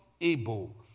able